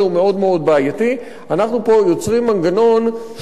אנחנו יוצרים פה מנגנון שהוא פוגעני במיוחד